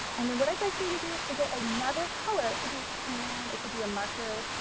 and then what i'd like for you to do is to get another color. it could be a crayon, it could be a marker.